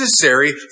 necessary